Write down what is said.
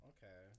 Okay